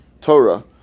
Torah